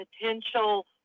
potential